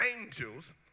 angels